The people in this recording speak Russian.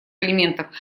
элементов